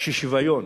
ששוויון